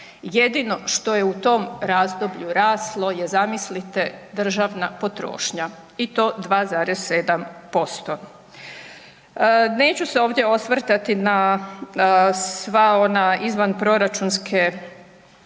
Jedino što je u tom razdoblju raslo je zamislite državna potrošnja i to 2,7%. Neću se ovdje osvrtati na sva ona izvanproračunske